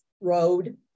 road